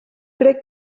crec